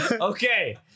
Okay